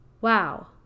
wow